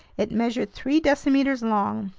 it measured three decimeters long.